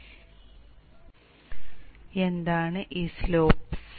എന്താണ് ഈ സ്ലോപ്പ്സ്